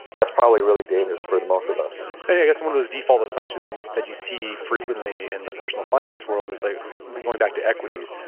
that's probably really dangerous for the most of us i and yeah guess one of those default assumptions and that you see frequently in the personal finance world is like going back to equities.